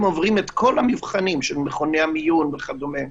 הם עוברים את כל המבחנים של מכוני המיון וכדומה,